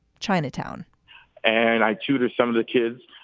chinatown and i tutor some of the kids.